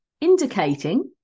indicating